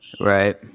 Right